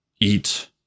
eat